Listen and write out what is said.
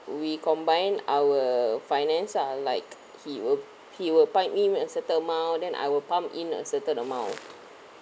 we combine our finance ah like he will he will pump in a certain amount then I will pump in a certain amount